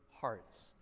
hearts